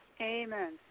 Amen